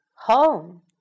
home